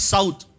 South